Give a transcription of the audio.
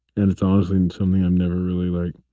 and it's honestly something i've never really like.